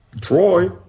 Troy